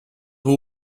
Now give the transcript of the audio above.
who